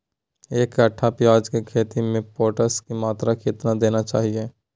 एक कट्टे प्याज की खेती में पोटास की मात्रा कितना देना चाहिए?